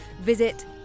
visit